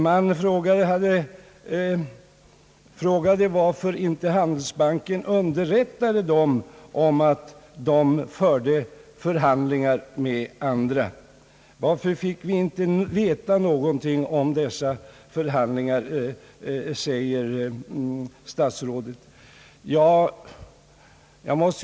Man frågade varför inte Handelsbanken underrättade regeringen om att Hägglunds förde förhandlingar med andra. Varför fick vi inte veta någonting om dessa förhandlingar? säger statsrådet.